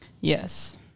Yes